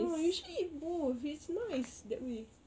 no you should eat both it's nice that way